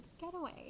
getaway